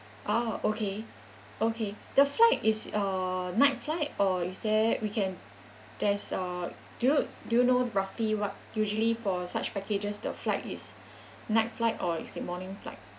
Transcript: oh okay okay the flight is uh night flight or is there we can there's a do you do you know roughly what usually for such packages the flight is night flight or it's a morning flight